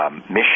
mission